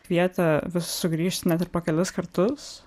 kvietė vis sugrįžti net ir po kelis kartus